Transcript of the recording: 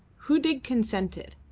hudig consented.